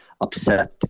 upset